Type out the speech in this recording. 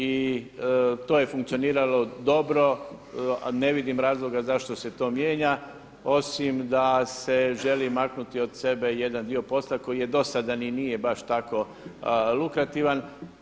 I to je funkcioniralo dobro, a ne vidim razloga zašto se to mijenja osim da se želi maknuti od sebe jedan dio posla koji je dosadan i nije baš tako lukrativan.